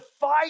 fight